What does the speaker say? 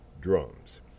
drums